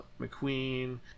McQueen